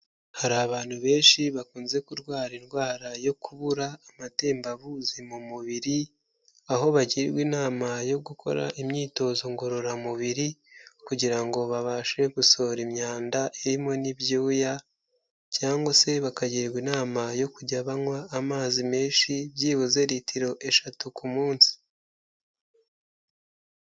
Hari abantu benshi bakunze kurwara indwara yo kubura amatembabuzi mu mubiri, aho bagirwa inama yo gukora imyitozo ngororamubiri, kugira ngo babashe gusohora imyanda irimo n'ibyuya, cyangwa se bakagirwa inama yo kujya banywa amazi menshi byibuze litiro eshatu ku munsi.